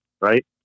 right